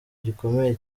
gikomeye